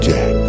Jack